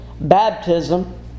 baptism